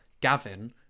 Gavin